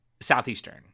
Southeastern